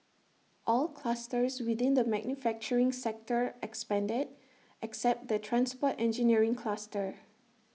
all clusters within the manufacturing sector expanded except the transport engineering cluster